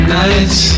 nights